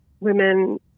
women